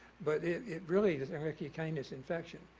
but it really is ehrlichia canis infection.